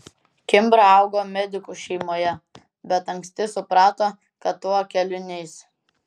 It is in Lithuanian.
kimbra augo medikų šeimoje bet anksti suprato kad tuo keliu neis